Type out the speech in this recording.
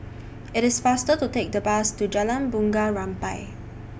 IT IS faster to Take The Bus to Jalan Bunga Rampai